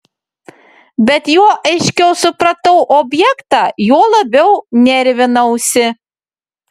bet juo aiškiau supratau objektą juo labiau nervinausi